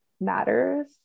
matters